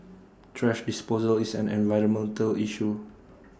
thrash disposal is an environmental issue